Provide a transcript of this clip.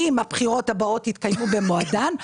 אם הבחירות הבאות יתקיימו במועדן.